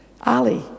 Ali